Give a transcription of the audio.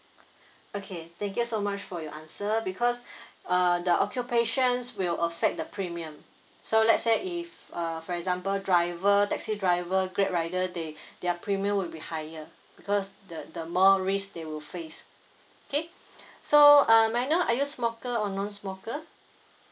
okay thank you so much for your answer because uh the occupations will affect the premium so let's say if uh for example driver taxi driver grab rider they their premium will be higher because the the more risk they will face okay so uh may I know are you smoker or non smoker